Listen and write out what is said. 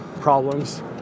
problems